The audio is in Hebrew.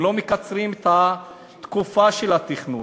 אם לא מקצרים את התקופה של התכנון?